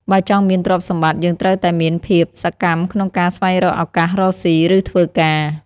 បើចង់មានទ្រព្យសម្បត្តិ យើងត្រូវតែមានភាពសកម្មក្នុងការស្វែងរកឱកាសរកស៊ី ឬធ្វើការ។